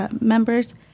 members